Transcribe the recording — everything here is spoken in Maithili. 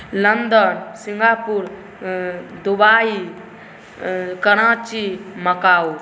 London Singapore Dubai Karachi Macau